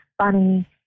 funny